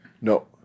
No